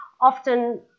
often